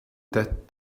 that